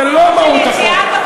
זאת לא מהות החוק,